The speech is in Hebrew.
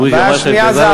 בוז'י, אמרתי את זה.